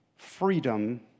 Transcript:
freedom